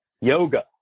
yoga